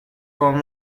form